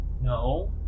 No